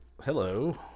Hello